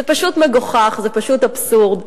זה פשוט מגוחך, זה פשוט אבסורד.